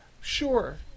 Sure